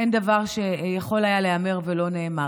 אין דבר שיכול היה להיאמר ולא נאמר.